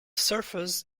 surface